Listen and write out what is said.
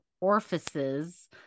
orifices